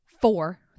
four